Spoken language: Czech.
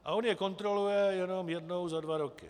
A on je kontroluje jenom jednou za dva roky.